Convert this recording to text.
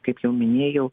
kaip jau minėjau